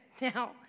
Now